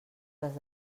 les